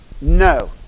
No